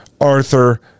arthur